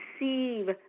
receive